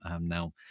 Now